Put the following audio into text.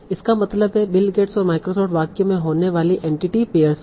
इसका मतलब है बिल गेट्स और माइक्रोसॉफ्ट वाक्य में होने वाली एंटिटी पेयर्स हैं